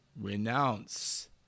renounce